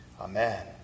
Amen